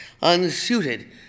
unsuited